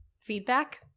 feedback